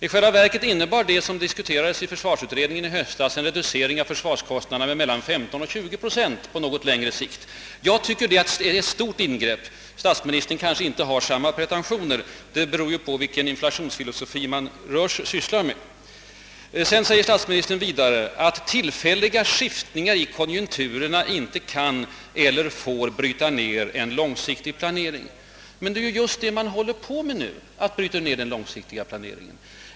I själva verket innebar det som diskuterades i försvarsutredningen i höstas en reducering av försvarskostnaderna på mellan 15 och 20 procent på något längre sikt. Jag tycker det är ett stort ingrepp. Statsministern kanske inte har samma pretentioner — det beror ju på vilken inflationsfilosofi man har. Statsministern säger vidare »att tillfälliga skiftningar i konjunkturerna inte kan eller får bryta ned en långsiktig planering». Men det är just det man håller på med nu — att bryta ned den långsiktiga planeringen.